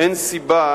אין סיבה